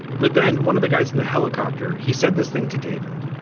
but then one of the guys in the helicopter, he said this thing to david.